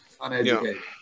uneducated